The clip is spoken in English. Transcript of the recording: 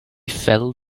fell